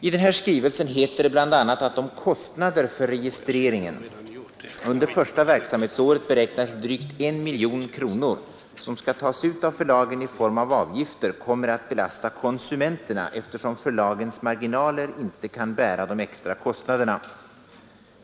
I denna skrivelse heter det bl.a. att de kostnader för registreringen — under första verksamhetsåret beräknade till drygt 1 miljon kronor — som skall tas ut av förlagen i form av avgifter kommer att belasta konsumenterna, eftersom förlagens marginaler inte kan bära de extra kostnaderna.